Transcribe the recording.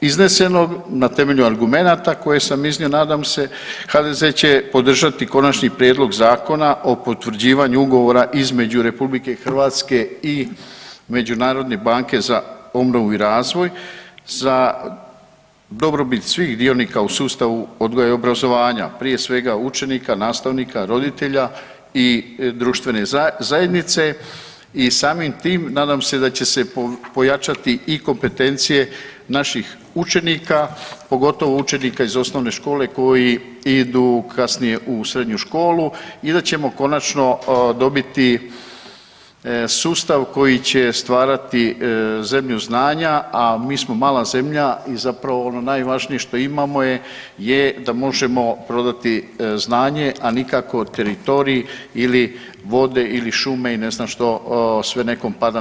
iznesenog, na temelju argumenata koje sam iznio nadam se HDZ će podržati Konačni prijedlog zakona o potvrđivanju Ugovora između Republike Hrvatske i Međunarodne banke i obnovu i razvoj za dobrobit svih dionika u sustavu odgoja i obrazovanja prije svega učenika, nastavnika, roditelja i društvene zajednice i samim tim nadam se da će pojačati i kompetencije naših učenika, pogotovo učenika iz osnovne škole koji idu kasnije u srednju školu i da ćemo konačno dobiti sustav koji će stvarati zemlju znanja, a mi smo mala zemlja i zapravo ono najvažnije što imamo je da možemo prodati znanje, a nikako teritorij ili vode ili šume i ne znam što sve nekom pada na